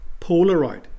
Polaroid